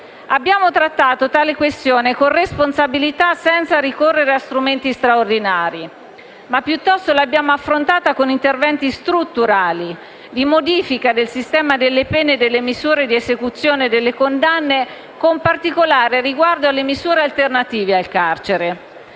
Abbiamo trattato tale questione con responsabilità, senza ricorrere a strumenti straordinari, ma piuttosto l'abbiamo affrontata con interventi strutturali di modifica del sistema delle pene e delle misure di esecuzione delle condanne, con particolare riguardo alle misure alternative al carcere.